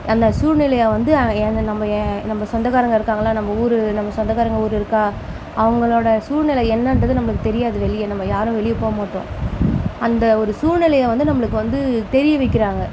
அந்த சூழ்நிலையை வந்து அந்த நம்ப சொந்தகாரங்கள் இருக்காங்கள நம்ம ஊரு நம்ம சொந்தகாரங்க ஊர் இருக்கா அவங்களோட சூழ்நிலை என்னன்றது நமக்கு தெரியாது வெளியே நம்ம யாரும் வெளியே போகமாட்டோம் அந்த ஒரு சூழ்நிலையை வந்து நம்மளுக்கு வந்து தெரிய வைக்கிறாங்க